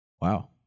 Wow